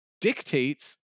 dictates